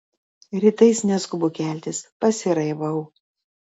rytais neskubu keltis pasiraivau